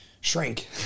shrink